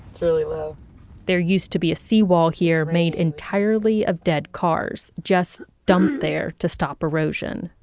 really low there used to be a seawall here, made entirely of dead cars. just dumped there to stop erosion.